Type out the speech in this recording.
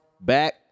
back